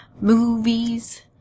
Movies